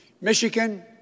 Michigan